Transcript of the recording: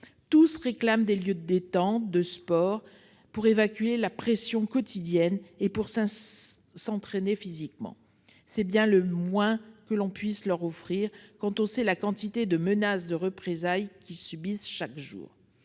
Tous réclament des lieux de détente, de sport, pour évacuer la pression quotidienne et pour s'entraîner physiquement. C'est bien le moins que l'on puisse leur offrir quand on sait le nombre de menaces de représailles qu'ils subissent chaque jour.